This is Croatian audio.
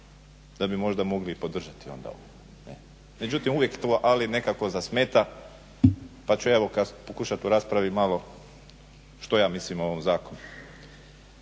da bi možda mogli i podržati onda ovo. Međutim, uvijek tu ali nekako zasmeta, pa ću evo pokušat u raspravi malo što ja mislim o ovom zakonu.